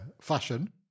fashion